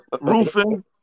roofing